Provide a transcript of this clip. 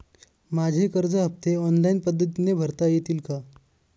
माझे कर्ज हफ्ते ऑनलाईन पद्धतीने भरता येतील का?